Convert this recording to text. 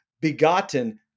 begotten